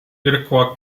iroquois